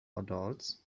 adults